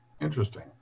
Interesting